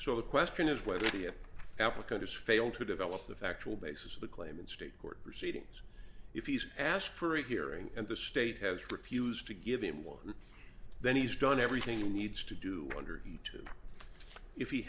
so the question is whether the applicant has failed to develop the factual basis of the claim in state court proceedings if he's asked for a hearing and the state has refused to give him one then he's done everything he needs to do under he to if he